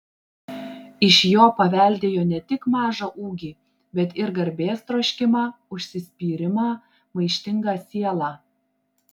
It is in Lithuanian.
iš jo paveldėjo ne tik mažą ūgį bet ir garbės troškimą užsispyrimą maištingą sielą